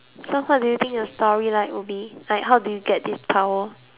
your story line would be like how do you get this power